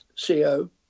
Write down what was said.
CO